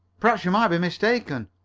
perhaps you might be mistaken,